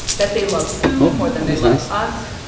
that they love food more than they love us,